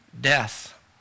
death